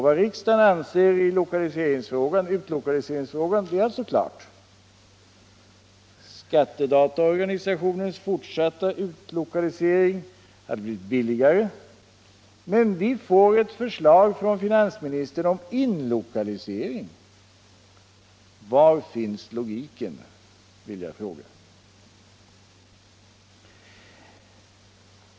Vad riksdagen anser i utlokaliseringsfrågan är alltså klart. Skattedataorganisationens fortsatta utlokalisering har blivit billigare, men vi får ett förslag från finansministern om inlokalisering. Var finns logiken?